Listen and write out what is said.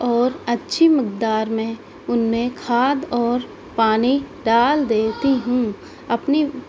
اور اچھی مقدار میں ان میں کھاد اور پانی ڈال دیتی ہوں اپنی